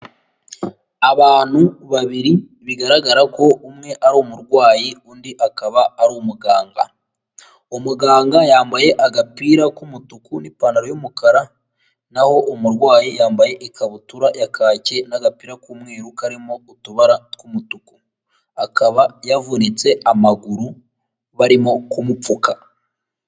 Abantu babiri bigaragara ko umwe ari umurwayi undi akaba ari umuganga, umuganga yambaye agapira k'umutuku n'ipantaro y'umukara, naho umurwayi yambaye ikabutura ya kaki n'agapira k'umweru, karimo utubara tw'umutuku akaba yavunitse amaguru barimo kumupfuka.